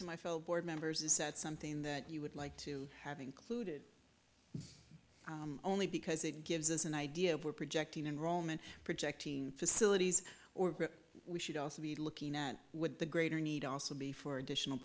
to my fellow board members is that something that you would like to have included only because it gives us an idea we're projecting enrollment project facilities or we should also be looking at with the greater need also be for additional